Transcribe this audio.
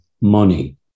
money